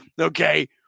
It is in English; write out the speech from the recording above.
okay